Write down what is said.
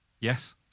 Yes